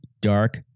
dark